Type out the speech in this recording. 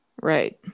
right